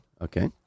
okay